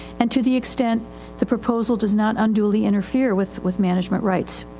and to the extent the proposal does not unduly interfere with, with management rights.